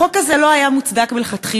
החוק הזה לא היה מוצדק מלכתחילה.